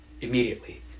immediately